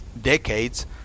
decades